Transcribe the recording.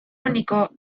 único